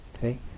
See